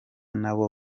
nabo